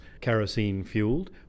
kerosene-fueled